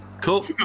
cool